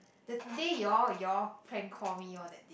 the day you all you all prank call me orh that day